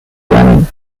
running